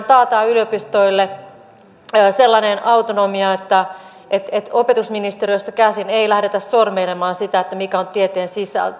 siinähän taataan yliopistoille sellainen autonomia että opetusministeriöstä käsin ei lähdetä sormeilemaan sitä mikä on tieteen sisältö